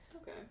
Okay